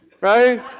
Right